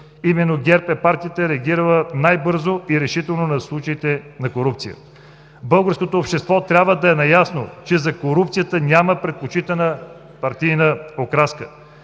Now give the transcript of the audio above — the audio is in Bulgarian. Именно ГЕРБ е партията, реагирала най-бързо и решително на случаите на корупция. Българското общество трябва да е наясно, че за корупцията няма предпочитана партийна окраска.